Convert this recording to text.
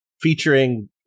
featuring